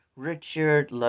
Richard